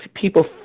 people